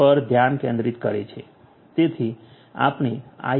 પર ધ્યાન કેન્દ્રિત કરે છે તેથી આપણે આઈ